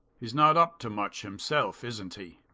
he's not up to much himself, isn't he?